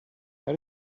how